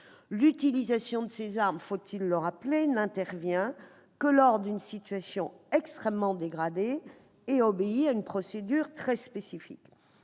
l'utilisation de ces armes, faut-il le rappeler, n'intervient que lors d'une situation extrêmement dégradée. Elle obéit à une procédure très spécifique.